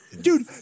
Dude